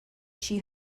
she